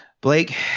Blake